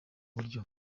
buryo